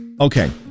Okay